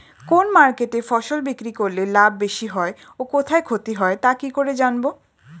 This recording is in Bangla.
কোন মার্কেটে ফসল বিক্রি করলে লাভ বেশি হয় ও কোথায় ক্ষতি হয় তা কি করে জানবো?